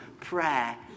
prayer